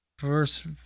Verse